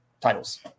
titles